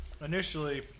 initially